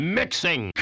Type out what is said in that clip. mixing